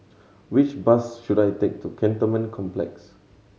which bus should I take to Cantonment Complex